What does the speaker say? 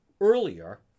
earlier